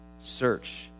search